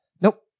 Nope